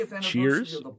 Cheers